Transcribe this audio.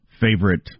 favorite